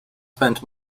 spent